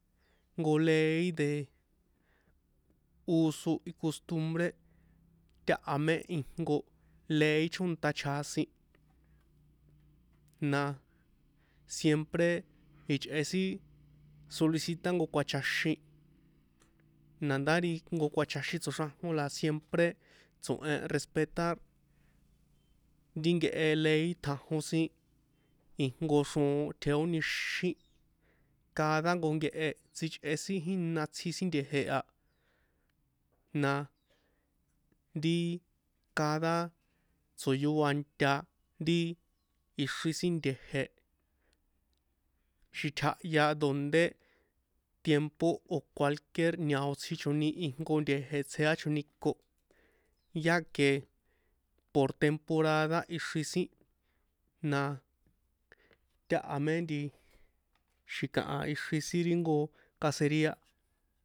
Ijnko ley de uso y custumbre taha mé ijnko ley chónta chjasin na siempre ichꞌe sin solicitar jnko kjuachaxín nadá ri jnko kjuachaxin tsoxrajon na siempre tso̱hen respetar ri nkehe ley tjajon sin ijnko xroon tjejónixín cada jnko nkehe tsichꞌe sin jína ti itsji sin nte̱je̱ na ri cada tso̱yoa nta ri ixri sin nte̱je̱ xitjahya dondé tiempo o̱ cualquier ñao tsjichoni ijnko nte̱je̱ tsjeachoni ko ya que por temporada ixri sin na táha mé nti xi̱kaha ixri sin ri jnko caceria.